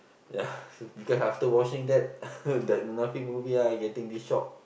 ya because after watching that that Munafik movie ah I getting this shock